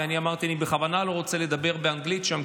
ואני אמרתי: אני בכוונה לא רוצה לדבר באנגלית שם,